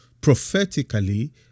prophetically